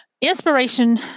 inspiration